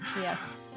Yes